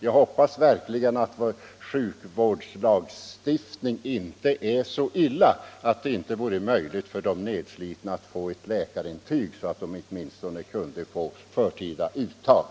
Jag hoppas verkligen att vår sjukvårdslagstiftning inte är så dålig att det inte är möjligt för de nedslitna att få ett läkarintyg så att de åtminstone kan få förtidspension.